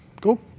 Cool